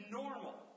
normal